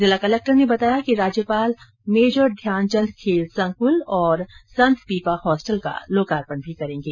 जिला कलक्टर ने बताया कि राज्यपाल मेजर ध्यानचंद खेल संकुल और संत पीपा हॉस्टल का लोकार्पण भी करेंगे